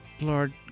Lord